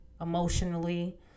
emotionally